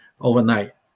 overnight